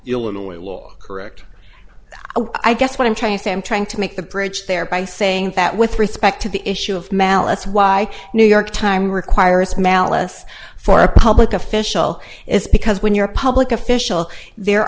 law correct i guess what i'm trying to say i'm trying to make the bridge there by saying that with respect to the issue of mallets why new york time requires malice for a public official is because when you're a public official there